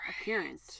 appearance